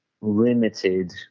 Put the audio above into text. limited